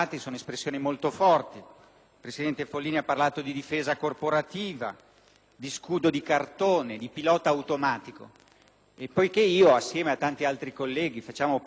presidente Follini ha parlato di difesa corporativa, di scudo di cartone, di pilota automatico. Poiché io, assieme a tanti altri colleghi, faccio parte di questa Giunta,